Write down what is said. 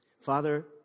Father